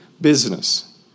business